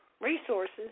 Resources